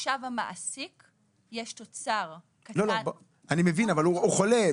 עכשיו המעסיק יש תוצר --- אבל עכשיו הוא חולה.